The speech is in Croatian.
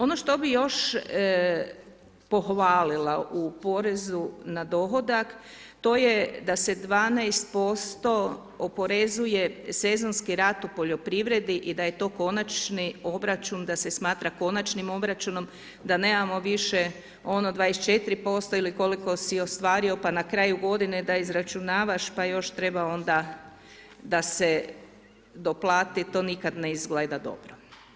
Ono što bih još pohvalila u porezu na dohodak, to je da se 12% oporezuje sezonski rad u poljoprivredi i da je to konačni obračun, da se smatra konačnim obračunom, da nemamo više ono 24% ili koliko si ostvario, pa na kraju godine da izračunavaš, pa još treba onda da se doplati, to nikada ne izgleda dobro.